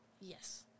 Yes